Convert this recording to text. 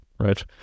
right